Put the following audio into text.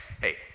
Hey